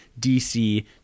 DC